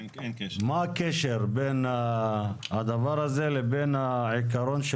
מה הקשר בין הדבר הזה לבין העיקרון של